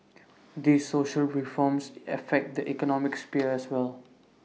these social reforms affect the economic sphere as well